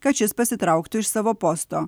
kad šis pasitrauktų iš savo posto